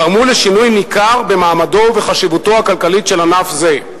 גרמו לשינוי ניכר במעמדו ובחשיבותו הכלכלית של ענף זה.